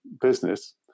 business